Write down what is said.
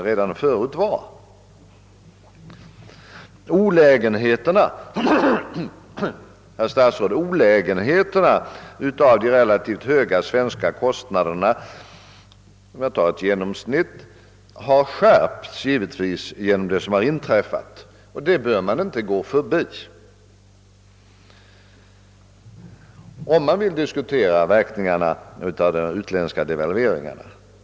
Olä 3enheterna, herr statsråd, av de genomsnittligt relativt höga svenska kostnaderna har givetvis skärpts till följd av det inträffade. Detta bör inte förbigås om man vill diskutera verkningarna av de utländska devalveringarna.